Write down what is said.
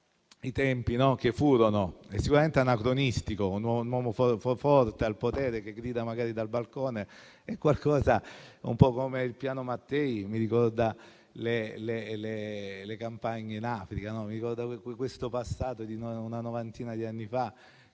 i tempi che furono ed è sicuramente anacronistico un uomo forte al potere, magari che grida dal balcone, e un po' come il Piano Mattei mi ricorda le campagne in Africa; mi ricorda questo passato di una novantina di anni fa,